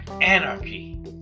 anarchy